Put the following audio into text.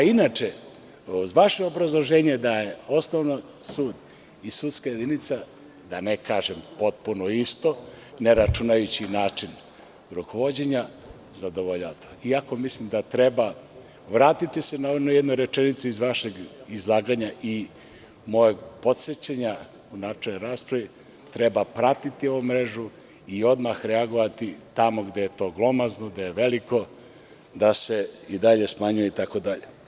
Inače, uz vaše obrazloženje da osnovni je sud i sudska jedinica da ne kažem potpuno isto, ne računajući način rukovođenja zadovoljava to, iako mislim da treba vratiti na onu jednu rečenicu iz vašeg izlaganja i mog podsećanja u načelnoj raspravi, treba pratiti ovu mrežu i odmah reagovati tamo gde je to glomazno, gde je veliko, da se i dalje smanjuje itd.